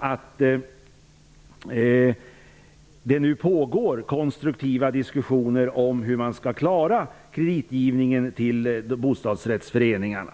att det nu pågår konstruktiva diskussioner om hur man skall klara av kreditgivningen till bostadsrättsföreningarna.